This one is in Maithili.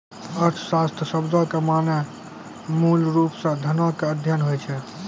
अर्थशास्त्र शब्दो के माने मूलरुपो से धनो के अध्ययन होय छै